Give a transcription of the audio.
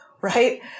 right